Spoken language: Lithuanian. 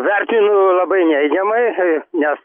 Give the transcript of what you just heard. vertinu labai neigiamai nes